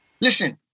Listen